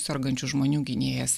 sergančių žmonių gynėjas